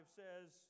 says